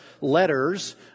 letters